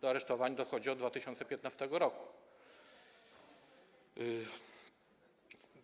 Do aresztowań dochodzi od 2015 r.